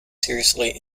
seriously